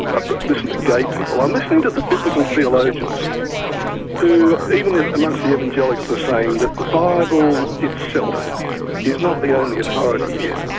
i've listened to gay people. i'm listening to the biblical theologians who even ah amongst the evangelicals are saying that the bible itself is not the only authority here.